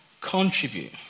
contribute